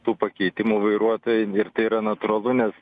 tų pakeitimų vairuotojai ir tai yra natūralu nes